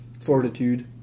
fortitude